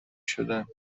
شدن